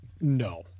no